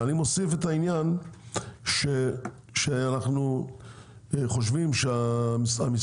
ואני מוסיף את העניין שאנחנו חושבים שהמשרדים